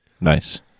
Nice